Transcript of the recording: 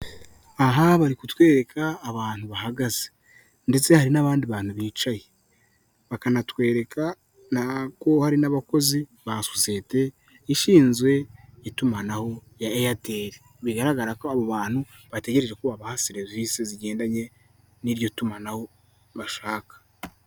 Aha bari kutwereka abantu bahagaze ndetse hari n'abandi bantu bicaye, bakanatwereka ko hari n'abakozi ba sosiyete ishinzwe itumanaho rya Airtel, bigaragara ko abo bantu bategereje ko babaha serivisi zigendanye n'iryo tumanaho bashaka.